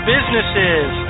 businesses